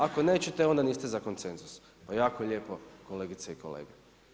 Ako nećete onda niste za konsenzus, pa jako lijepo kolegice i kolege.